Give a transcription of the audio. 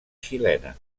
xilena